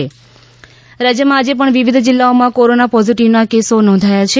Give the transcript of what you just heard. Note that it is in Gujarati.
કોરોના અપડેટ રાજ્યમાં આજે પણ વિવિધ જિલ્લાઓમાં કોરોના પોઝીટીવનાં કેસો નોંધાથા છે